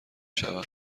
شوم